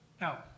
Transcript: Now